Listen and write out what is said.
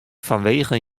fanwegen